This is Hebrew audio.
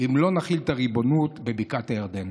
אם לא נחיל את הריבונות בבקעת הירדן.